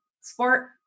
sport